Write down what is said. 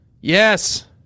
yes